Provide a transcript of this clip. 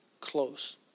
close